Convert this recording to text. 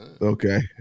Okay